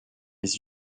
les